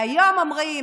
והיום אומרים